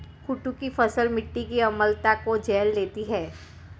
कुट्टू की फसल मिट्टी की अम्लता को झेल लेती है